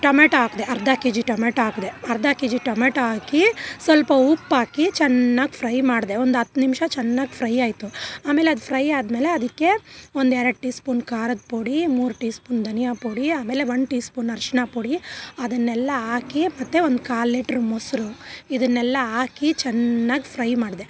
tomato ಹಾಕ್ದೆ ಅರ್ಧ KG tomato ಹಾಕ್ದೆ ಅರ್ಧ ಕೆಜಿ ಟಮ್ಯಾಟೋ ಹಾಕಿ ಸ್ವಲ್ಪ ಉಪ್ಪಾಕಿ ಚೆನ್ನಾಗ್ ಫ್ರೈ ಮಾಡಿದೆ ಒಂದುಹತ್ತು ನಿಮಿಷ ಚೆನ್ನಾಗ್ ಫ್ರೈ ಆಯಿತು ಆಮೇಲೆ ಅದು ಫ್ರೈ ಆದಮೇಲೆ ಅದಕ್ಕೆ ಒಂದೆರಡು ಟೀ ಸ್ಪೂನ್ ಖಾರದ ಪುಡಿ ಮೂರು ಟೀ ಸ್ಪೂನ್ ಧನಿಯಾ ಪುಡಿ ಆಮೇಲೆ ಒಂದು ಟೀ ಸ್ಪೂನ್ ಅರ್ಶಿಣ ಪುಡಿ ಅದನ್ನೆಲ್ಲ ಹಾಕಿ ಮತ್ತು ಒಂದು ಕಾಲು ಲೀಟ್ರ್ ಮೊಸರು ಇದನ್ನೆಲ್ಲ ಹಾಕಿ ಚೆನ್ನಾಗ್ ಫ್ರೈ ಮಾಡಿದೆ